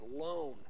alone